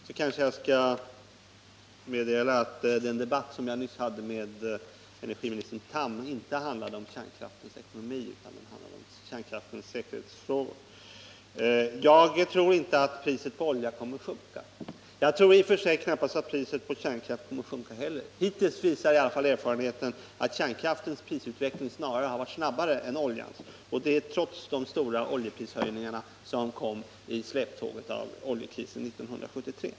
Herr talman! Till att börja med kanske jag skall meddela att den debatt jag nyss förde med statsrådet Tham inte handlade om kärnkraftens ekonomi utan om dess säkerhetsfrågor. Jag tror inte att priset på olja kommer att sjunka. Jag tror i och för sig knappast att priset på kärnkraft heller kommer att sjunka. Hittills visar i alla fall erfarenheten att kärnkraftens prisutveckling varit snabbare än oljans — trots de stora oljeprishöjningar som kom i släptåget på oljekrisen 1973.